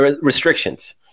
restrictions